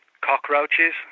Cockroaches